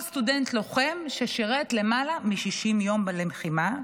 סטודנט לוחם ששירת למעלה מ-60 יום בלחימה.